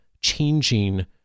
changing